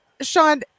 Sean